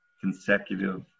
consecutive